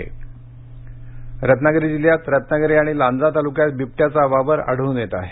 बिबट्या रत्नागिरी रत्नागिरी जिल्ह्यात रत्नागिरी आणि लांजा तालुक्यात बिबट्याचा वावर आढळून येत आहे